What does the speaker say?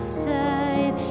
side